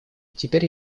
теперь